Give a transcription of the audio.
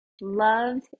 loved